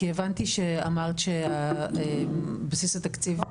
כי הבנתי שאמרת שבסיס התקציב,